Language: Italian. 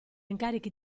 incarichi